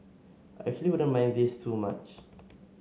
I actually wouldn't mind this too much